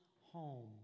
home